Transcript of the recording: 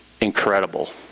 incredible